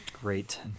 Great